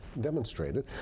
demonstrated